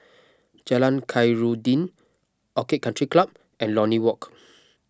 Jalan Khairuddin Orchid Country Club and Lornie Walk